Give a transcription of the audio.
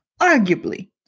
arguably